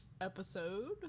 episode